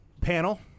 panel